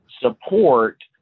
support